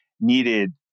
needed